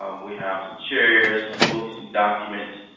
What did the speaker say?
um we have some chairs, some books, some documents